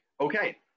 Okay